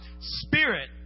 spirit